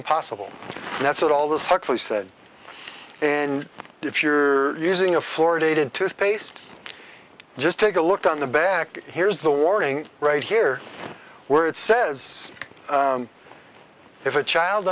impossible and that's what all this huxley said and if you're using a florida dated toothpaste just take a look on the back here's the warning right here where it says if a child